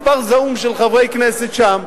היה מספר זעום של חברי כנסת שם,